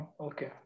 Okay